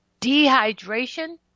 dehydration